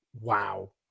wow